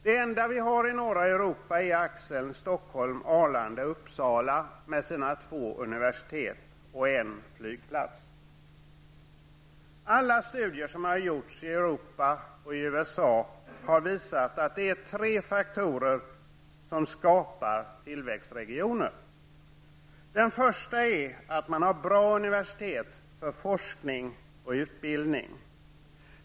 Det enda vi har i norra Europa är axeln Stockholm--Arlanda--Uppsala med sina två universitet och en flygplats. Alla studier som har gjorts i Europa och i USA har visat att det är tre faktorer som skapar tillväxtregioner. Den första är att man har bra universitet för forskning och utbildning.